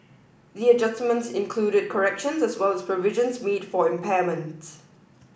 the adjustments included corrections as well as provisions mid for impairment